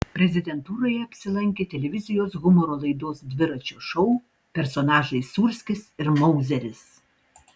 prezidentūroje apsilankė televizijos humoro laidos dviračio šou personažai sūrskis ir mauzeris